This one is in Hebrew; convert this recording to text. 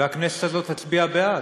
והכנסת הזאת תצביע בעד.